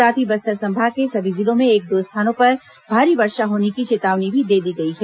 साथ ही बस्तर संभाग के सभी जिलों में एक दो स्थानों पर भारी वर्षा होने की चेतावनी भी दी गई है